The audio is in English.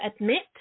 admit